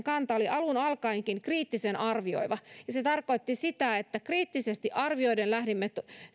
kanta oli alun alkaenkin kriittisen arvioiva ja se tarkoitti sitä että kriittisesti arvioiden lähdimme